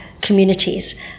communities